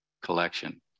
collection